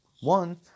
One